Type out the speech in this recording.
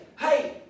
hey